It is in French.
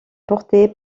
porté